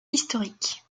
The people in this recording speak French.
historiques